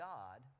God